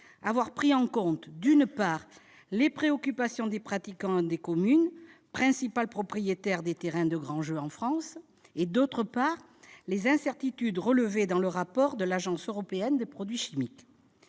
avoir pris en compte, d'une part, les préoccupations des pratiquants et des communes, principales propriétaires de terrains de grands jeux en France, et, d'autre part, les incertitudes relevées dans le rapport de l'Agence européenne des produits chimiques.